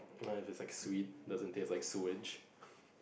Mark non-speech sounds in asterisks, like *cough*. nah if it's like sweet doesn't taste like sewage *laughs*